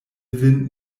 vin